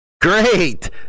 Great